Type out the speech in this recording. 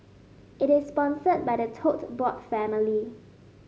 it is sponsored by the Tote Board family